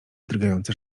drgające